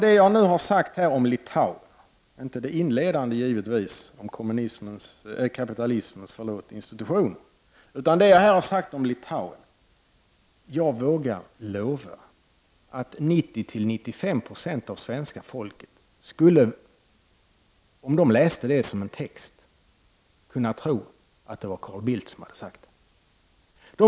Det jag nu har sagt om Litauen — givetvis inte det inledande om kapitalismens institutioner — gör att jag vågar lova att 90-95 96 av svenska folket skulle, om man läste det som en text, kunna tro att det var Carl Bildt som hade sagt det.